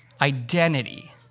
identity